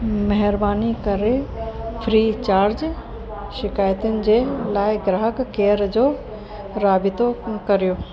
महिरबानी करे फ्रीचार्ज शिकायतुनि जे लाइ ग्राहक केयर जो राबितो कयो